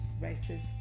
races